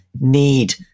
need